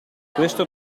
questo